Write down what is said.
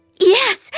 Yes